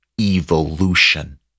evolution